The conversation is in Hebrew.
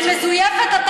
היא מזויפת?